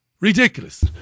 Ridiculous